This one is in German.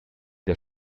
der